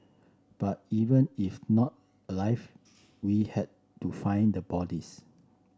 but even if not alive we had to find the bodies